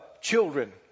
children